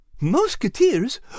Musketeers